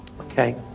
okay